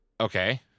Okay